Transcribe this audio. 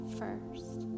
first